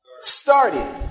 Started